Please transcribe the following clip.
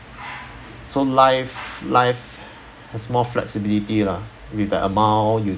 so life life has more flexibility lah with the amount you